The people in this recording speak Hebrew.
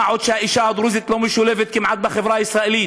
מה עוד שהאישה הדרוזית לא משולבת כמעט בחברה הישראלית.